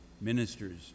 ministers